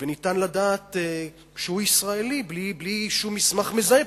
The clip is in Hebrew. וניתן לדעת שהוא ישראלי בלי שום מסמך מזהה,